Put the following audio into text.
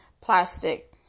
plastic